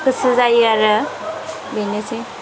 गोसो जायो आरो बेनोसै